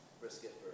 brisket